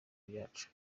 byacu